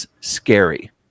scary